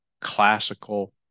classical